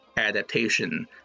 adaptation